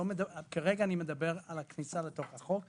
כרגע אני מדבר על הכניסה לתוך החוק,